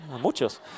muchos